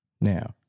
Now